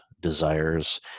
desires